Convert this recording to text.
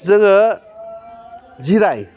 जोङो जिराय